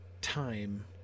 time